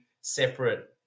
separate